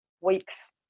weeks